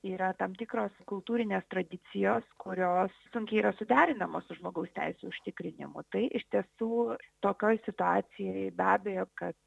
yra tam tikros kultūrinės tradicijos kurios sunkiai yra suderinamos su žmogaus teisių užtikrinimu tai iš tiesų tokioj situacijoj be abejo kad